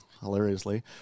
hilariously